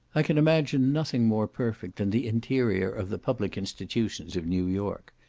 i can imagine nothing more perfect than the interior of the public institutions of new york.